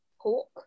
Pork